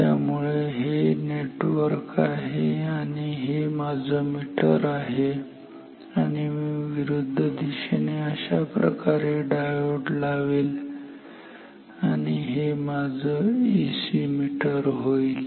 त्यामुळे हे नेटवर्क आहे आणि हा माझं मीटर आहे आणि मी विरुद्ध दिशेने अशाप्रकारे डायोड लावेल आणि हे माझं एसी मीटर होईल